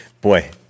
boy